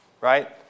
right